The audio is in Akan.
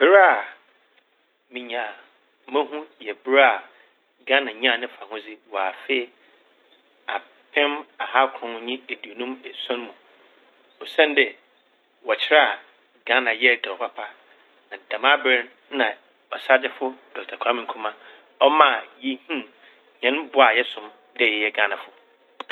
Ber a minya a mohu yɛ ber a Ghana nyaa ne fahodzi wɔ afe apem ahaakron nye eduonum esuon mu. Osiandɛ wɔkyerɛ a Ghana yɛɛ dɛw papa na dɛm aber no na Ɔsaagyefo Dɔkta Kwame Nkrumah ɔmaa yehuu hɛn bo a yɛsom dɛ yɛyɛ Gaanafo.